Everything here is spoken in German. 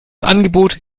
angebot